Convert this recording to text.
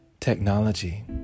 technology